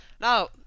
now